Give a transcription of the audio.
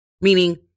meaning